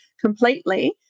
completely